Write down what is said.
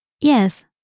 Yes